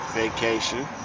vacation